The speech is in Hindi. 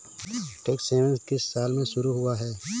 टैक्स हेवन किस साल में शुरू हुआ है?